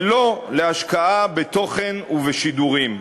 ולא להשקעה בתוכן ובשידורים.